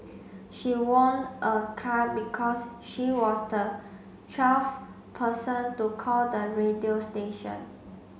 she won a car because she was the twelfth person to call the radio station